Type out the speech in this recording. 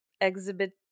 exhibit